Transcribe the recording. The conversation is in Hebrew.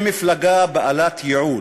למפלגה בעלת ייעוד.